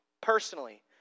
personally